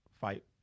fight